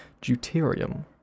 Deuterium